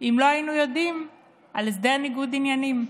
אם לא היינו יודעים על הסדר ניגוד עניינים.